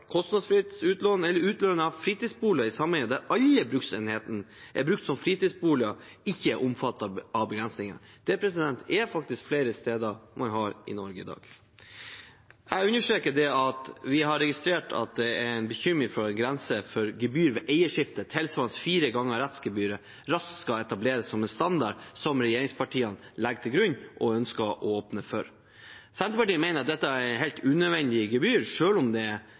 kostnadsfritt utlån eller utlån av fritidsboliger i sameier der alle bruksenhetene brukt som fritidsboliger, ikke er omfattet av begrensninger. Det har man faktisk flere steder i Norge i dag. Jeg understreker at vi har registrert at det er en bekymring for at grense for gebyr ved eierskifte tilsvarende fire ganger rettsgebyret raskt skal etableres som en standard som regjeringspartiene legger til grunn og ønsker å åpne for. Senterpartiet mener at dette er helt unødvendige gebyr selv om man mange plasser velger å kreve det